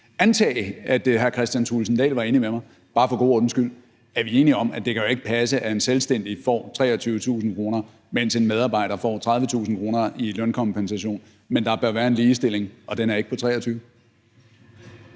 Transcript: antage, at hr. Kristian Thulesen Dahl var enig med mig. Bare for god ordens skyld: Er vi enige om, at det jo ikke kan passe, at en selvstændig får 23.000 kr., mens en medarbejder får 30.000 kr. i lønkompensation, men at der bør være en ligestilling, og den er ikke på 23.000 kr.?